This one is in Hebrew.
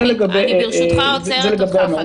אני ברשותך עוצרת אותך.